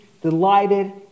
delighted